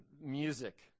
music